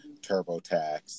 TurboTax